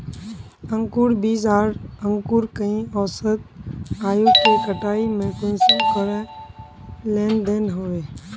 अंकूर बीज आर अंकूर कई औसत आयु के कटाई में कुंसम करे लेन देन होए?